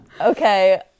okay